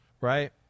right